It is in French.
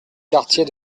quartier